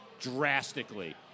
drastically